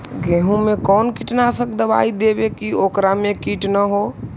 गेहूं में कोन कीटनाशक दबाइ देबै कि ओकरा मे किट न हो?